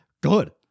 good